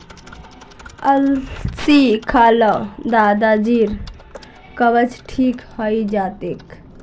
अलसी खा ल दादाजीर कब्ज ठीक हइ जा तेक